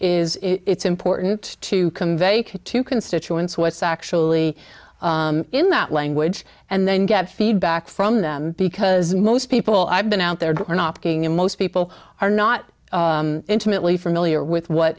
is it's important to convey to constituents what's actually in that language and then get feedback from them because most people i've been out there are knocking and most people are not intimately familiar with what